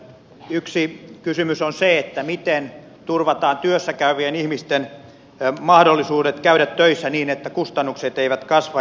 yksi kysymys on se miten turvataan työssä käyvien ihmisten mahdollisuudet käydä töissä niin että kustannukset eivät kasva